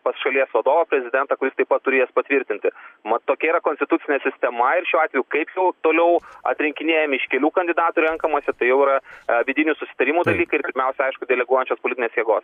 pas šalies vadovą prezidentą kuris taip pat turi jas patvirtinti mat tokia yra konstitucinė sistema ir šiuo atveju kaip jau toliau atrinkinėjami iš kelių kandidatų renkamasi tai jau yra vidinių susitarimų dalykai pirmiausia aišku deleguojančios politinės jėgos